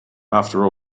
after